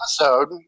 episode